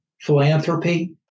philanthropy